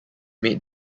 made